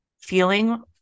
feeling